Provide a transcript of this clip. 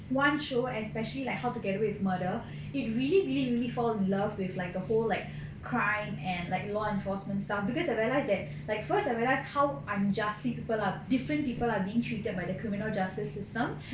one show especially like how to get away with murder it really really make me fall in love with like the whole like crime and like law enforcement stuff because I realise that like first I realised how unjustly people are different people are being treated by the criminal justice system